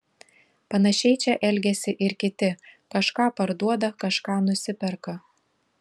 panašiai čia elgiasi ir kiti kažką parduoda kažką nusiperka